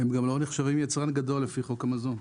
הם גם לא נחשבים יצרן גדול לפי חוק המזון.